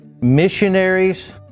Missionaries